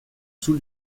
sous